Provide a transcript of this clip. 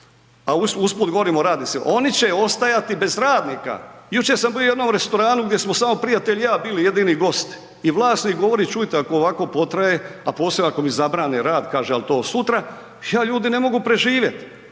a usput govorim o radnicima? Oni će ostajati bez radnika, jučer sam bio u jednom restoranu gdje smo samo prijatelj i ja bili jedini gosti, i vlasnik govori čujte ako ovako potraje, a posebno ako mi zabrane rad, kaže al to od sutra, ja ljudi ne mogu preživjet,